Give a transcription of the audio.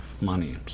money